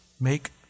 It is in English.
make